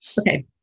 Okay